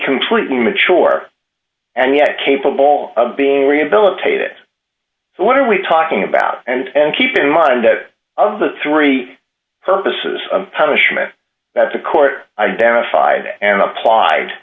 completely mature and yet capable of being rehabilitated so what are we talking about and keep in mind of the three purposes of punishment that the court identified and applied